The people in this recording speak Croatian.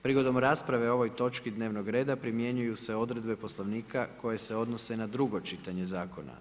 Prigodom rasprave o ovoj točki dnevnog reda primjenjuju se odredbe Poslovnika koje se odnose na drugo čitanje zakona.